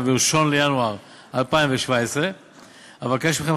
1 בינואר 2017. אבקש מכם,